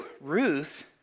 Ruth